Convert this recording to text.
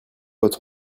votre